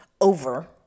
over